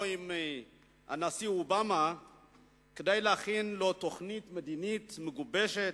עם הנשיא אובמה כדי להכין לו תוכנית מדינית מגובשת.